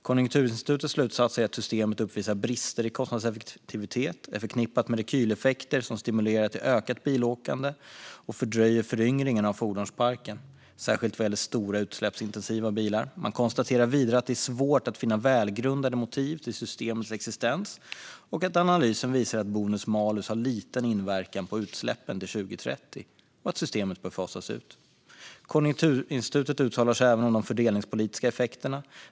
Konjunkturinstitutets slutsatser är att systemet uppvisar brister i kostnadseffektivitet, att det är förknippat med rekyleffekter som stimulerar till ökat bilåkande och att det fördröjer föryngringen av fordonsparken, särskilt vad gäller stora utsläppsintensiva bilar. Man konstaterar vidare att det är svårt att finna välgrundade motiv till systemets existens, att analysen visar att bonus-malus har liten inverkan på utsläppen till 2030 och att systemet bör fasas ut. Konjunkturinstitutet uttalar sig även om de fördelningspolitiska effekterna.